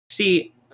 See